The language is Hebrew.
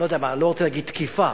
אני לא רוצה להגיד תקיפה,